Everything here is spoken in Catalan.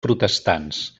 protestants